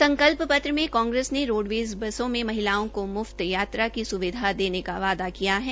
संकल्प पत्र में कांग्रेस रोडवेज़ बसों में महिलाओं को मुफ्त यात्रा की स्विधा देने का वादा किया है